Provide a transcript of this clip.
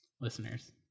listeners